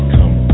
Come